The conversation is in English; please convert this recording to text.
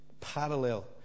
parallel